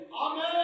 Amen